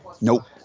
Nope